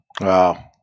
Wow